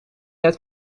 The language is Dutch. het